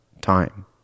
time